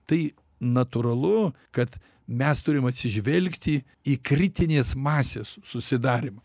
tai natūralu kad mes turim atsižvelgti į kritinės masės susidarymą